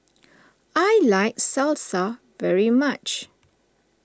I like Salsa very much